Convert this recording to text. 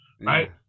right